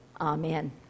Amen